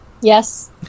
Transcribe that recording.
Yes